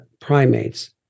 primates